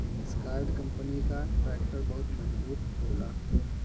Escort company कअ tractor बहुते मजबूत होला